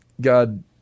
God –